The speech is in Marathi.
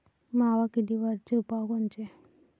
मावा किडीवरचे उपाव कोनचे?